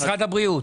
משרד הבריאות?